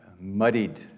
muddied